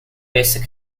basic